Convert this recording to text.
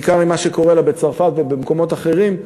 בעיקר עם מה שקורה לה בצרפת ובמקומות אחרים,